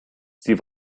sie